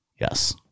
yes